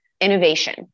innovation